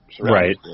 Right